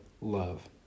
love